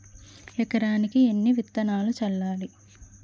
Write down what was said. ఎకరానికి ఎన్ని విత్తనాలు చల్లాలి?